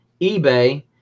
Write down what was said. eBay